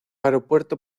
aeropuerto